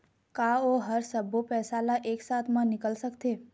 का ओ हर सब्बो पैसा ला एक साथ म निकल सकथे?